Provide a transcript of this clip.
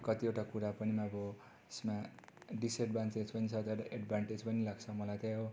कतिवटा कुरा पनि अब यसमा डिसएड्भान्टेज पनि छ तर एड्भान्टेज पनि लाग्छ मलाई त्यही हो